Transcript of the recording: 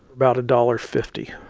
about a dollar-fifty.